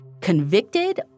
convicted